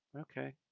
Okay